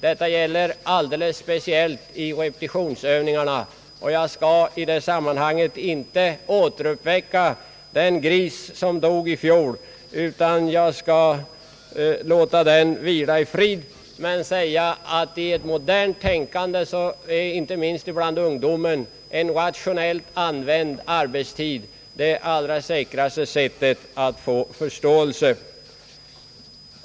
Detta gäller alldeles speciellt för repetitionsövningarna. I det sammanhanget skall jag inte återuppväcka den gris som dog i fjol, utan jag skall låta den vila i frid. Men jag vill säga att enligt ett modernt tänkande, inte minst bland ungdomen, är en rationellt använd arbetstid det allra säkraste sättet att få förståelse.